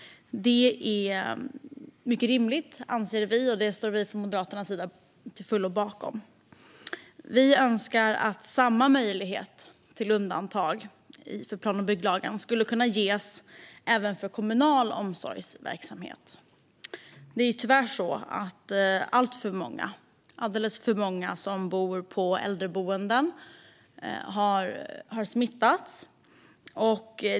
Detta är mycket rimligt, anser vi. Vi från Moderaterna står till fullo bakom det. Vi önskar att samma möjlighet till undantag från plan och bygglagen skulle kunna ges även för kommunal omsorgsverksamhet. Tyvärr har alldeles för många som bor på äldreboenden smittats.